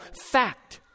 fact